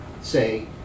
say